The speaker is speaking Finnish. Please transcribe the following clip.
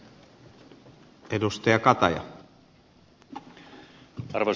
arvoisa puhemies